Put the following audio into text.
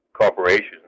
corporations